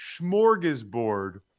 smorgasbord